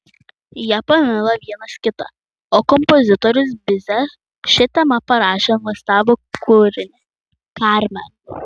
jie pamilo vienas kitą o kompozitorius bize šia tema parašė nuostabų kūrinį karmen